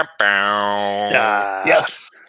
Yes